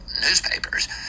newspapers